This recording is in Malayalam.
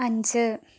അഞ്ച്